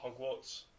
Hogwarts